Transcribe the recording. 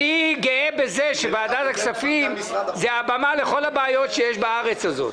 גאה בזה שוועדת הכספים היא הבמה לכל הבעיות שיש בארץ הזאת.